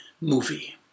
movie